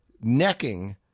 necking